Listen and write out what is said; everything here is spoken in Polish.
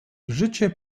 życie